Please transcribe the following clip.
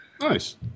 Nice